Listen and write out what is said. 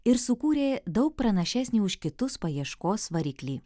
ir sukūrė daug pranašesnį už kitus paieškos variklį